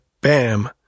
bam